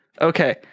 Okay